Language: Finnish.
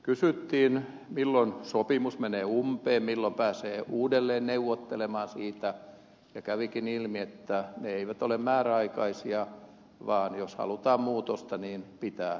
kysyttiin milloin sopimus menee umpeen milloin pääsee uudelleen neuvottelemaan siitä ja kävikin ilmi että ne eivät ole määräaikaisia vaan jos halutaan muutosta ne pitää irtisanoa